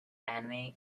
anime